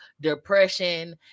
depression